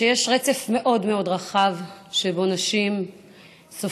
שיש רצף מאוד רחב שבו נשים סופגות